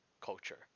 culture